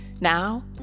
Now